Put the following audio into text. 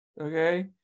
Okay